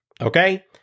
okay